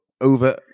over